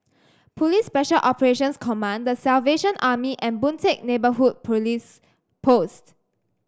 Police Special Operations Command The Salvation Army and Boon Teck Neighbourhood Police Post